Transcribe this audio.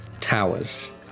towers